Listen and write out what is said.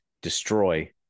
destroy